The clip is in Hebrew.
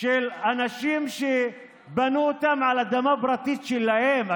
של אנשים שבנו אותם על אדמה פרטית שלהם,